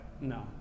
no